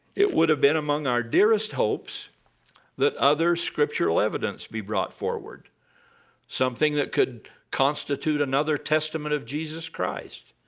it would have been among our dearest hopes that other scriptural evidence be brought forward something that could constitute another testament of jesus christ,